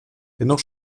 dennoch